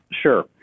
Sure